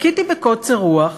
חיכיתי בקוצר רוח,